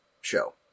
show